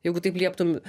jeigu taip lieptum